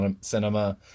cinema